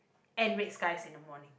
and red skies in the morning